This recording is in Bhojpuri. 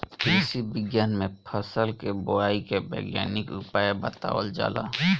कृषि विज्ञान में फसल के बोआई के वैज्ञानिक उपाय बतावल जाला